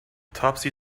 topsy